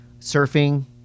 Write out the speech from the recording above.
surfing